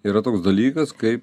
yra toks dalykas kaip